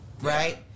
Right